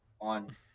on